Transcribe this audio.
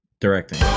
Directing